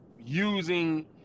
using